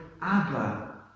Abba